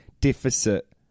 deficit